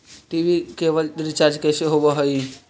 TV केवल recharge कैसे होब हइ?